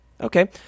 Okay